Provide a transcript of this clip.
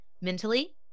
mentally